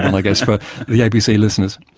i guess, for the abc listeners.